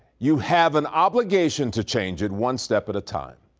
you have an obligation to change it one step at a time.